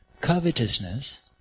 covetousness